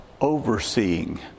overseeing